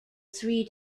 three